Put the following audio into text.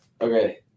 Okay